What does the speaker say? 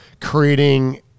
creating